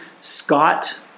scott